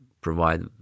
provide